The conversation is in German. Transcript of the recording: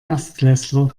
erstklässler